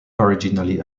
originally